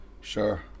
sure